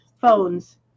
phones